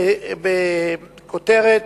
בכותרת: